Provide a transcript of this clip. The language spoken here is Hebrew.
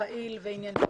ופעיל וענייני,